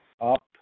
up